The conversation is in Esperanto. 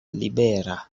libera